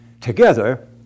Together